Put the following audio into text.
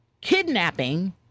kidnapping